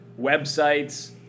websites